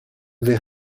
they